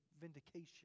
vindication